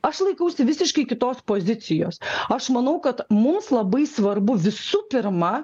aš laikausi visiškai kitos pozicijos aš manau kad mums labai svarbu visų pirma